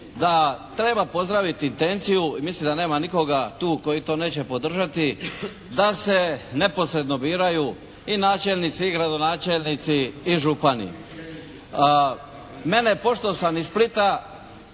da treba pozdraviti tenciju i mislim da nema nikoga tu koji to neće podržati, da se neposredno biraju i načelnici i gradonačelnici i župani. Mene pošto sam iz Splita